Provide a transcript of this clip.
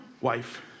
wife